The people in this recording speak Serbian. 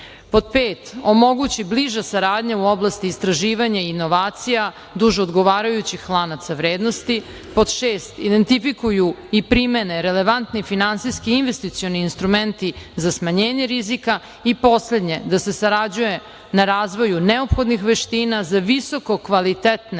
pet, omogući bliža saradnja u oblasti istraživanja i inovacija, duž odgovarajućih lanaca vrednosti. Pod šest, identifikuju i primene relevantni finansijski investicioni instrumenti za smanjenje rizika i poslednje da se sarađuje na razvoju neophodnih veština za visoko kvalitetne